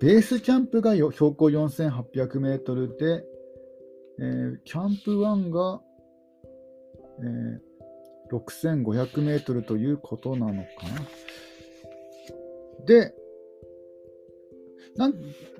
ベースキャンプがよ、標高4800メートルで、えー、キャンプ一が、えー、6500メートルということなのかな。で、なん、